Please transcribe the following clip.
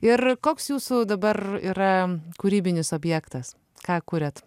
ir koks jūsų dabar yra kūrybinis objektas ką kuriat